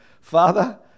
Father